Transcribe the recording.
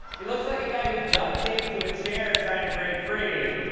he looks like a guy who's duct-taped to a chair trying to break free.